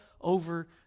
over